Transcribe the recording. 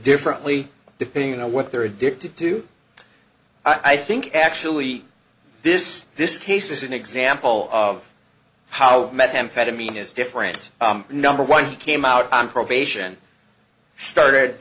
differently depending on what they're addicted to i think actually this this case is an example of how methamphetamine is different number one he came out on probation started